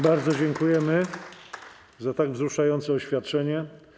Bardzo dziękujemy za tak wzruszające oświadczenie.